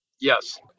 Yes